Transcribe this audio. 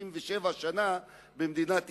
37 שנה במדינת ישראל,